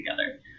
together